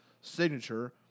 signature